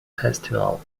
festival